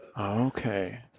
Okay